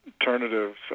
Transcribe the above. alternative